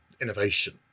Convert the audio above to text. innovation